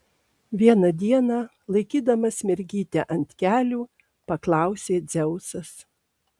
vieną dieną laikydamas mergytę ant kelių paklausė dzeusas